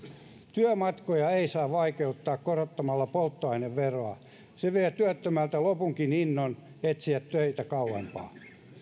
työmatkoja ei saa vaikeuttaa korottamalla polttoaineveroa se vie työttömältä lopunkin innon etsiä töitä kauempaa